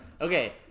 Okay